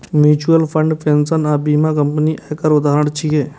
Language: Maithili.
म्यूचुअल फंड, पेंशन आ बीमा कंपनी एकर उदाहरण छियै